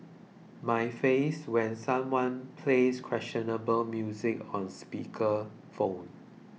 my face when someone plays questionable music on speaker phone